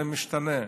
זה משתנה.